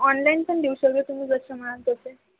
online पण देऊ शकते तुम्ही जसे म्हणाल तसे